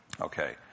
okay